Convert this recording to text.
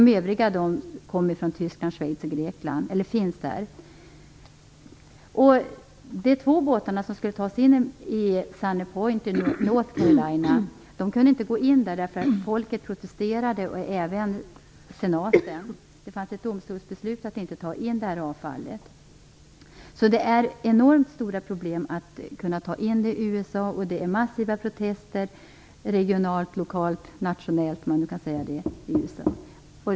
Övriga element finns i Tyskland, Schweiz och Grekland. De två båtarna skulle till North Carolina. Men de kunde inte gå in i hamnen, därför att folket och även senaten protesterade. Det fanns ett domstolsbeslut om att inte ta emot avfallet. Det är enormt stora problem att kunna ta in avfallet i USA. Protesterna i USA är massiva, såväl regionalt och lokalt som nationellt.